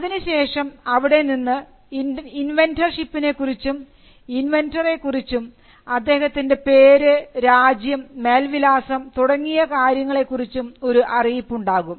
അതിനുശേഷം അവിടെ നിന്ന് ഇൻവെൻന്റർഷിപ്പിനെ കുറിച്ചും ഇൻവെൻന്ററെ കുറിച്ചും അദ്ദേഹത്തിൻറെ പേര് രാജ്യം മേൽവിലാസം തുടങ്ങിയ കാര്യങ്ങളെക്കുറിച്ചും ഒരു അറിയിപ്പ് ഉണ്ടാകും